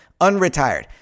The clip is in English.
unretired